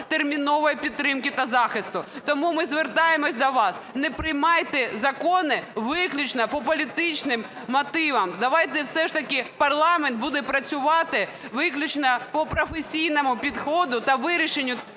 термінової підтримки та захисту. Тому ми звертаємося до вас: не приймайте закони виключно по політичних мотивах, давайте все ж таки парламент буде працювати виключно по професійному підходу та вирішенню